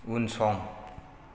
उनसं